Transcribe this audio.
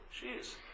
Jeez